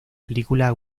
película